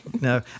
no